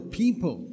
people